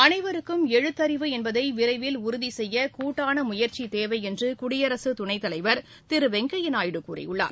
அனைவருக்கும் எழுத்தறிவு என்பதை விரைவில் உறுதி செய்ய கூட்டான முயற்சி தேவை என்று குடியரசு துணைத்தலைவர் திரு வெங்கையா நாயுடு கூறியுள்ளார்